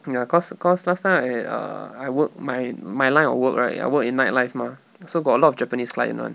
ya cause cause last time I err I work my my line of work right I work in nightlife mah so got a lot of japanese client [one]